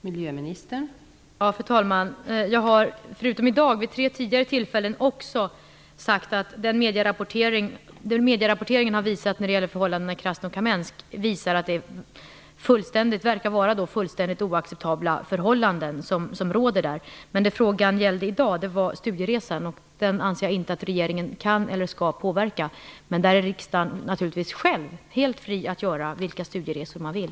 Fru talman! Förutom i dag har jag också vid tre tidigare tillfällen sagt att medierapporteringen när det gäller förhållandena i Krasnokamensk visar att det verkar vara fullständigt oacceptabla förhållanden som råder där. Det frågan gällde i dag var dock studieresan, och den anser jag inte att regeringen kan eller skall påverka. Riksdagen är naturligtvis själv helt fri att göra vilka studieresor den vill.